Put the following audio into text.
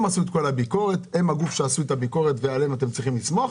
הם הגוף שעשה את כל הביקורת ועליהם אנחנו חייבים לסמוך,